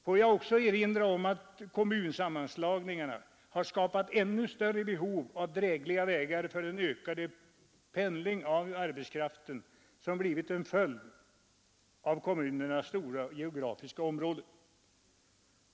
Får jag också erinra om att kommunsammanslagningarna har skapat ännu större behov av drägliga vägar för den ökade pendling av arbetskraften som blivit en följd av kommunernas stora geografiska områden.